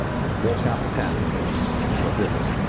and walked out the tent and into a blizzard.